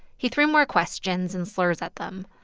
he threw more questions and slurs at them.